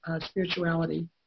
spirituality